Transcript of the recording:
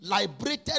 liberated